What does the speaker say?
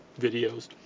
videos